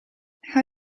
how